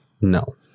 no